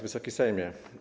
Wysoki Sejmie!